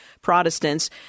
Protestants